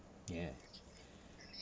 ya